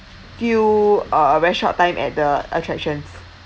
few uh a very short time at the attractions